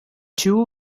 two